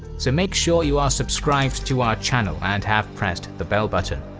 so make sure you are subscribed to our channel and have pressed the bell button.